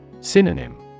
Synonym